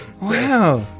Wow